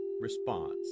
response